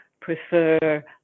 prefer